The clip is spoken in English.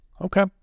Okay